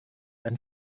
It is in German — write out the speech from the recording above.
ein